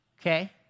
okay